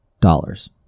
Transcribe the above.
dollars